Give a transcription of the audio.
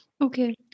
Okay